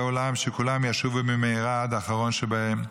עולם שכולם ישובו במהרה עד האחרון שבהם,